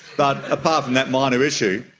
but apart from that minor issue,